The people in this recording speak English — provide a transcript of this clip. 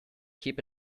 keep